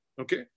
okay